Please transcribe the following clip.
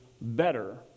better